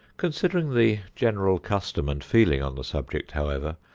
considering the general custom and feeling on the subject, however,